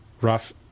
rough